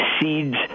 seeds